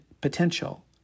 potential